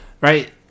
right